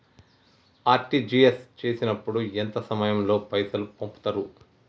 RTGS చేసినప్పుడు ఎంత సమయం లో పైసలు పంపుతరు?